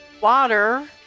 water